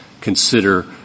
consider